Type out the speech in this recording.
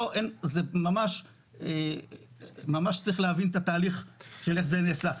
ממש צריך להבין את התהליך איך זה נעשה.